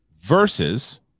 versus